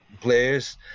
players